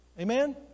Amen